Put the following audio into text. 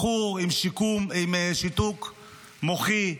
בחור עם שיתוק מוחי,